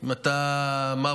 אם אתה מרוקאי.